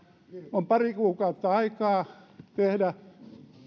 on pari kuukautta aikaa tehdä